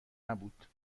نبود